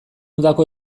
udako